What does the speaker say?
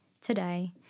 today